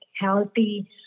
healthy